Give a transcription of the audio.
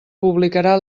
publicarà